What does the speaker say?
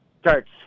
starts